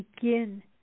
begin